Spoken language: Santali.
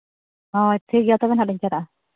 ᱦᱳᱭ ᱴᱷᱤᱠ ᱜᱮᱭᱟ ᱛᱚᱵᱮ ᱦᱟᱸᱜ ᱞᱤᱧ ᱪᱟᱞᱟᱜᱼᱟ